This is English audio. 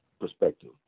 perspective